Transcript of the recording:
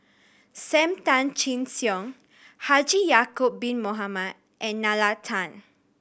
Sam Tan Chin Siong Haji Ya'acob Bin Mohamed and Nalla Tan